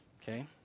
Okay